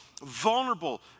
Vulnerable